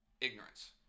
ignorance